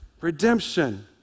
Redemption